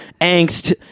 angst